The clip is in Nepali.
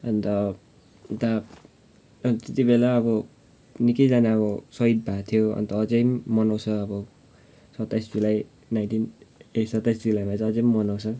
अन्त अन्त अन्त त्यति बेला अब निकैजना अब सहिद भएको थियो अन्त अझै पनि मनाउँछ अब सत्ताइस जुलाई नाइनटिन ए सत्ताइस जुलाईमा चाहिँ अझै पनि मनाउँछ